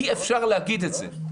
אי אפשר להגיד את זה.